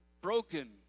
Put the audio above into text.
broken